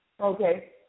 Okay